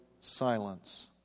silence